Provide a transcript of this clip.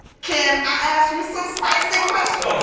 can i ask you some spicy questions?